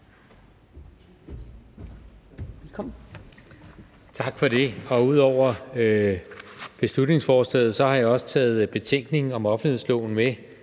Tak for det. Udover beslutningforslaget har jeg taget Betænkningen om offentlighedsloven med.